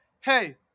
hey